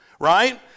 Right